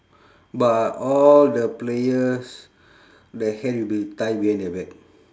but all the players their hand will be tie behind their back